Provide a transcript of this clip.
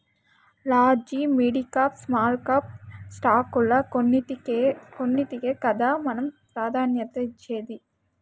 large, midcap, small cap స్టాకుల్ల కొన్నింటికే కదా మనం ప్రాధాన్యతనిచ్చేది